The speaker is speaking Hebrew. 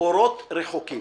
אורות רחוקים